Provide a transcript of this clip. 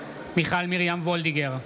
מיכל מרים וולדיגר,